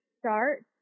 start